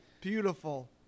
beautiful